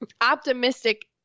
optimistic